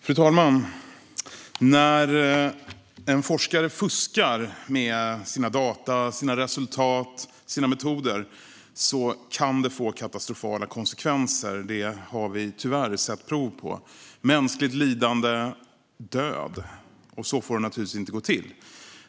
Fru talman! När en forskare fuskar med sina data, sina resultat eller sina metoder kan det få katastrofala konsekvenser. Det har vi tyvärr sett prov på i form av mänskligt lidande och död. Så får det naturligtvis inte gå till.